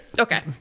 Okay